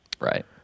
Right